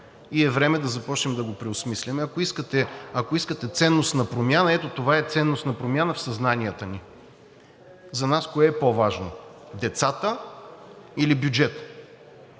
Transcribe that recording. и е време да започнем да го преосмисляме. Ако искате ценностна промяна, ето това е ценностната промяна в съзнанията ни. За нас кое е по-важно – децата или бюджетът,